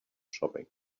shopping